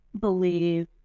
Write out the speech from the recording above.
believe